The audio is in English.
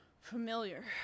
Familiar